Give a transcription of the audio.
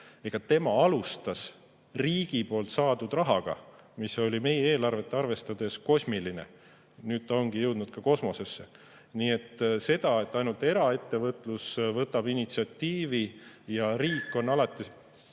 Tema alustas riigilt saadud rahaga, mis oli meie eelarvet arvestades kosmiline. Nüüd ta ongi jõudnud ka kosmosesse. Nii et seda, et ainult eraettevõtlus võtab initsiatiivi ja riik on alati ...